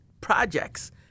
projects